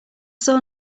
saw